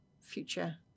future